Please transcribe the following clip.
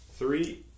Three